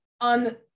on